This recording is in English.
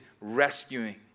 rescuing